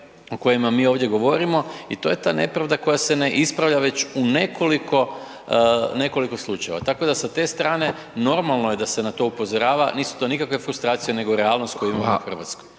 o kojima mi ovdje govorimo i to je ta nepravda koja se ne ispravlja već u nekoliko slučajeva. Tako da sa te strane normalno je da se na to upozorava, nisu to nikakve frustracije nego realnost koju imamo u Hrvatskoj.